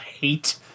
hate